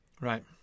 Right